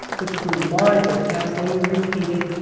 which grew larger as they were repeated,